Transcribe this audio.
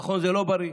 נכון, זה לא בריא,